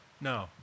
No